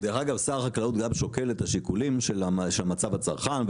דרך אגב שר החקלאות גם שוקל את השיקולים של מצב הצרכן,